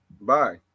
bye